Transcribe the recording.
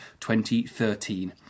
2013